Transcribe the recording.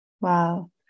Wow